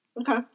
Okay